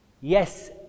Yes